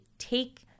Take